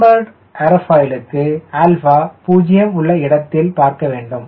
cambered ஏரோஃபைலுக்கு பூஜியம் உள்ள இடத்தில் பார்க்க வேண்டும்